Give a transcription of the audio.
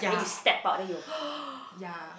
yeah yeah